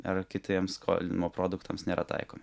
ar kitiems skolinimo produktams nėra taikomi